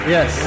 Yes